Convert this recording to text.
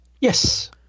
Yes